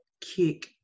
kick